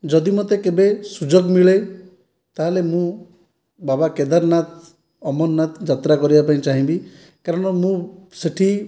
ଯଦି ମତେ କେବେ ସୁଯୋଗ ମିଳେ ତାହେଲେ ମୁଁ ବାବା କେଦାରନାଥ ଅମରନାଥ ଯାତ୍ରା କରିବା ପାଇଁ ଚାହିଁବି କାରଣ ମୁଁ ସେଇଠି